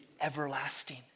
everlasting